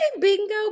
bingo